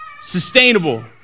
Sustainable